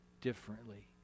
differently